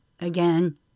again